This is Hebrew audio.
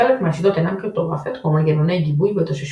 חלק מהשיטות אינן קריפטוגרפיות כמו מנגנוני גיבוי והתאוששות.